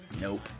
Nope